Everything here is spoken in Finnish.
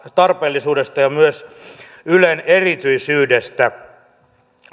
tarpeellisuudesta ja myös ylen erityisyydestä